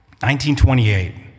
1928